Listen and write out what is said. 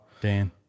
Dan